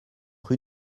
rue